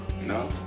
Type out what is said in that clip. No